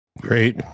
Great